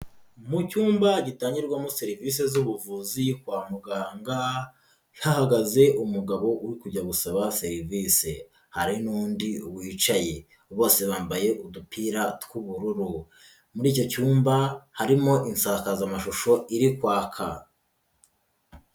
Mu cyumba gitangirwamo serivisi z'ubuvuzi kwa muganga, hahagaze umugabo uri kujya gusaba serivisi, hari n'undi wicaye, bose bambaye udupira tw'ubururu, muri icyo cyumba harimo insakazamashusho iri kwaka.